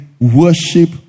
worship